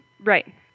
Right